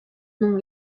nom